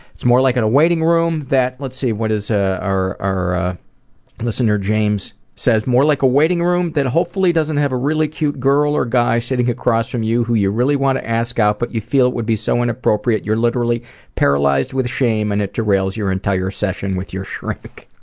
it's more like in a waiting room that let's see, what is. ah, our our listener james says, more like a waiting room that hopefully doesn't have a really cute girl or guy sitting across from you who you really want to ask out but you feel would be so inappropriate you're literally paralyzed with shame and it derails your entire session with your shrink.